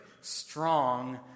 strong